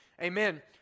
Amen